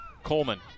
Coleman